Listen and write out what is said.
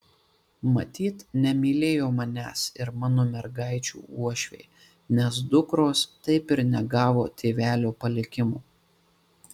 matyt nemylėjo manęs ir mano mergaičių uošviai nes dukros taip ir negavo tėvelio palikimo